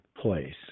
place